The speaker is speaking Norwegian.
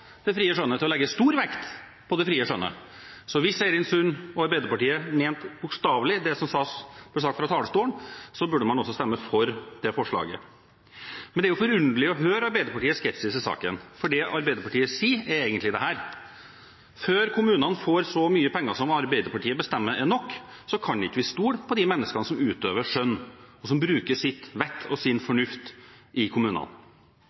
det frie skjønnet, til å legge stor vekt på det frie skjønnet. Så hvis Eirin Sund og Arbeiderpartiet mente bokstavelig det som ble sagt fra talerstolen, burde man også stemme for det forslaget. Det er forunderlig å høre Arbeiderpartiets skepsis i saken, for det som Arbeiderpartiet sier, er egentlig dette: Før kommunene får så mye penger som Arbeiderpartiet bestemmer er nok, kan vi ikke stole på de menneskene som utøver skjønn, og som bruker sitt vett og sin fornuft i kommunene.